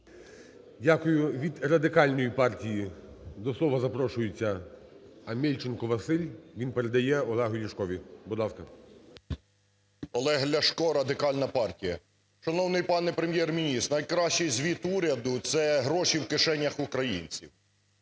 Дякую. Від Радикальної партії до слова запрошується Амельченко Василь. Він передає Олегу Ляшку. Будь ласка. 10:35:28 ЛЯШКО О.В. Олег Ляшко, Радикальна партія. Шановний пане Прем'єр-міністр, найкращий звіт уряду – це гроші в кишенях українців.